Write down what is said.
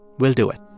we'll do it